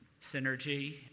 synergy